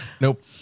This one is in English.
Nope